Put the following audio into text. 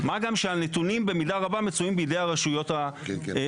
מה גם שהנתונים במידה רבה מצויים בידי הרשויות המקומיות.